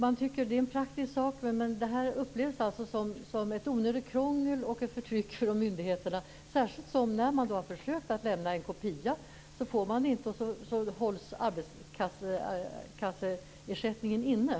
Det är en praktisk sak, men det upplevs som ett onödigt krångel och ett förtryck från myndigheterna - särskilt när man har försökt att lämna en kopia och inte fått och a-kasseersättningen sedan hålls inne.